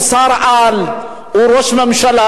הוא שר-על, הוא ראש ממשלה.